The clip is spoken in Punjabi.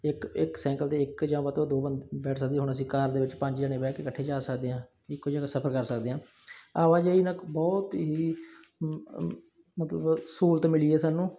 ਇੱਕ ਇੱਕ ਸਾਈਕਲ 'ਤੇ ਇੱਕ ਜਾਂ ਵੱਧ ਤੋਂ ਵੱਧ ਦੋ ਬੰਦੇ ਬੈਠ ਸਕਦੇ ਹੁਣ ਅਸੀਂ ਕਾਰ ਦੇ ਵਿੱਚ ਪੰਜ ਜਣੇ ਬਹਿ ਕੇ ਇਕੱਠੇ ਜਾ ਸਕਦੇ ਹਾਂ ਇੱਕੋ ਜਗ੍ਹਾ ਸਫਰ ਕਰ ਸਕਦੇ ਹਾਂ ਆਵਾਜਾਈ ਨਾਲ ਬਹੁਤ ਹੀ ਮਤਲਬ ਸਹੂਲਤ ਮਿਲੀ ਹੈ ਸਾਨੂੰ